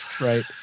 Right